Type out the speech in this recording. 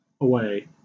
away